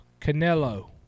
Canelo